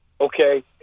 Okay